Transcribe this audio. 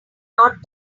not